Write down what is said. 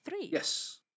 Yes